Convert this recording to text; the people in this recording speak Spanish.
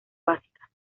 básica